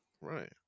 right